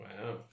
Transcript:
Wow